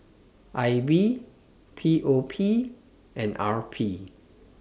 I B P O P and R P